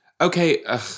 Okay